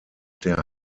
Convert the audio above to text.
der